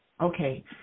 Okay